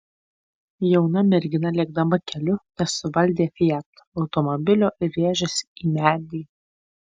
jauna mergina lėkdama keliu nesuvaldė fiat automobilio ir rėžėsi į medį